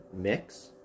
mix